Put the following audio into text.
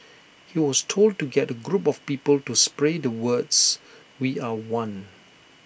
he was told to get A group of people to spray the words we are one